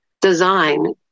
design